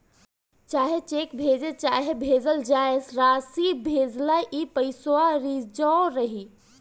चाहे चेक भजे चाहे भेजल जाए, रासी भेजेला ई पइसवा रिजव रहे